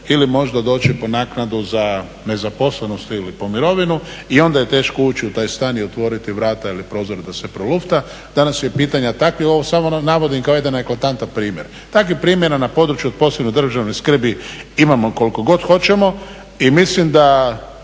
ili možda dođu po naknadu za nezaposlenost ili po mirovinu, i onda je teško ući u taj stan i otvoriti vrata ili prozore da se prolufta. Danas je pitanje takvih, ovo samo navodim kao jedan eklatantan primjer. Takvih primjera na području od posebne državne skrbi imamo koliko god hoćemo i mislim da